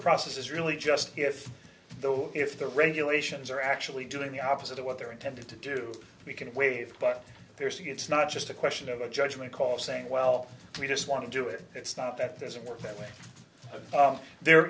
process is really just b s though if the regulations are actually doing the opposite of what they're intended to do we can waive but there's a gets not just a question of a judgement call saying well we just want to do it it's not that there isn't work that way there